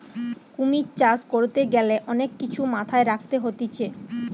কুমির চাষ করতে গ্যালে অনেক কিছু মাথায় রাখতে হতিছে